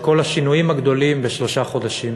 את כל השינויים הגדולים, בשלושה חודשים,